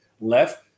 left